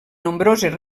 nombroses